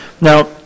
now